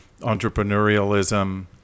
entrepreneurialism